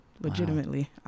legitimately